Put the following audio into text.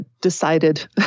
decided